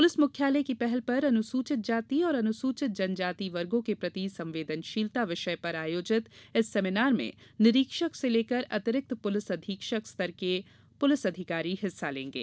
police मुख्यालय की पहल पर अनुसूचित जाति और अनुसूचित जन जाति वर्गो के प्रति संवेदनशीलता विषय पर आयोजित इस सेमीनार में निरीक्षक से लेकर अतिरिक्त पुलिस अधीक्षक स्तर के पुलिस अधिकारी हिस्सा लेंगे